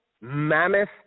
mammoth